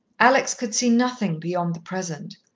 alex could see nothing beyond the present.